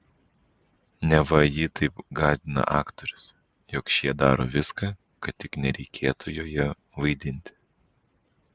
neva ji taip gąsdina aktorius jog šie daro viską kad tik nereikėtų joje vaidinti